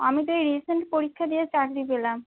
আমি তো এই রিসেন্ট পরীক্ষা দিয়ে চাকরি পেলাম